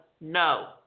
no